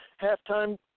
Halftime